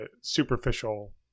superficial